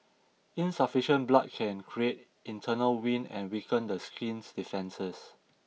insufficient blood can create internal wind and weaken the skin's defences